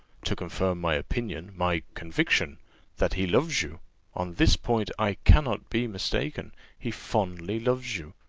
to confirm my opinion, my conviction that he loves you on this point i cannot be mistaken he fondly loves you.